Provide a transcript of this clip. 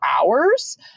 hours